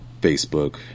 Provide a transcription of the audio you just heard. Facebook